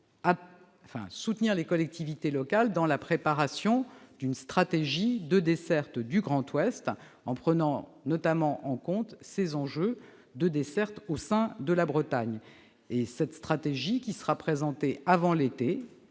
soutenir les collectivités locales dans la préparation d'une stratégie de desserte du Grand Ouest, en tenant notamment compte des enjeux de desserte au sein de la Bretagne. Cette stratégie qui sera présentée avant l'été,